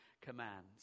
commands